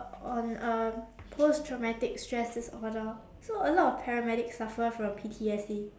o~ on uh post traumatic stress disorder so a lot of paramedics suffer from P_T_S_D